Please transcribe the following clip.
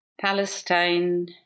Palestine